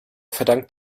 verdankt